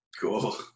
Cool